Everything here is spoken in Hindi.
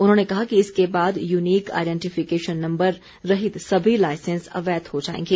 उन्होंने कहा कि इसके बाद यूनिक आईडैंटीफिकेशन नम्बर रहित सभी लाइसेंस अवैध हो जाएंगे